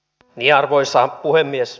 arvoisa puhemies